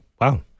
wow